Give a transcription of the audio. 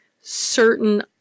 certain